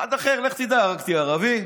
אחד אחר, לך תדע, הרגת ערבי,